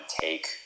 take